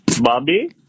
Bobby